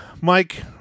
Mike